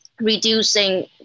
reducing